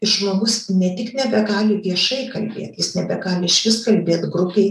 ir žmogus ne tik nebegali viešai kalbėt jis nebegali išvis kalbėt grupėj